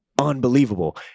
unbelievable